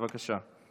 בבקשה.